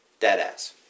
Deadass